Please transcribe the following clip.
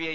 I